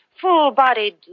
full-bodied